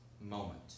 moment